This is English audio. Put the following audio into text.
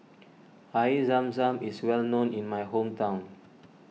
Air Zam Zam is well known in my hometown